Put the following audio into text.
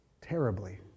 terribly